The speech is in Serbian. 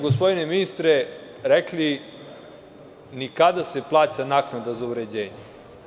Gospodine ministre, niste nam rekli ni kada se plaća naknada za uređenje.